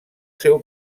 seu